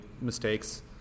mistakes